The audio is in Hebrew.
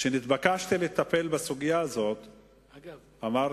כשנתבקשתי לטפל בסוגיה הזאת אמרתי,